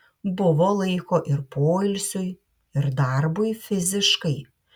buvo laiko ir poilsiui ir darbui fiziškai